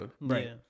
Right